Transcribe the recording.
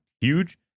huge